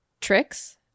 tricks